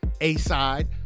A-Side